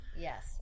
Yes